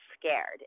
scared